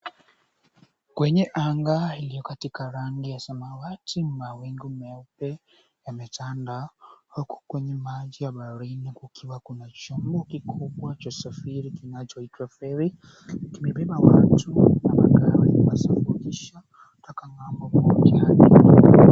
Kwenye anga iliyo katika rangi ya samawati, mawingu meupe yametanda, huku kwenye maji ya baharini kukiwa kuna chombo kikubwa cha usafiri kinachoitwa feri, kimebeba watu na magari kuwavukisha toka ng'ambo moja hadi nyengine.